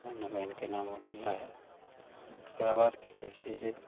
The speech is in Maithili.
है न बहिन के नाम उर्मिला हय ओकरा बाद की कहै छै जे